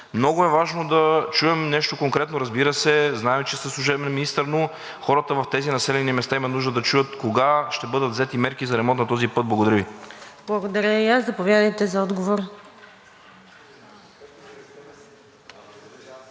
Много е важно да чуем нещо конкретно, разбира се, знаем, че сте служебен министър, но хората в тези населени места имат нужда да чуят кога ще бъдат взети мерки за ремонт на този път. Благодаря Ви. ПРЕДСЕДАТЕЛ НАДЕЖДА САМАРДЖИЕВА: Благодаря